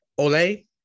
Ole